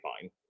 fine